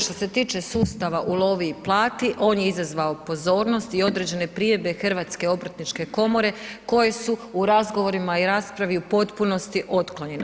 Što se tiče sustava ulovi i plati, on je izazvao pozornost i određene ... Hrvatske obrtničke komore koje su u razgovorima i raspravi u potpunosti otklonjeno.